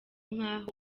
nk’aho